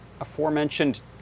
aforementioned